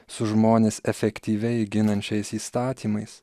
su žmones efektyviai ginančiais įstatymais